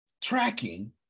tracking